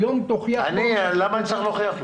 היום תוכיח לו --- למה אני צריך להוכיח לו?